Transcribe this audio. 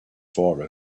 for